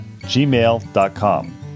gmail.com